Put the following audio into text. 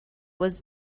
was